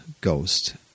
ghost